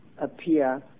appear